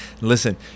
listen